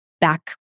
back